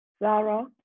Laura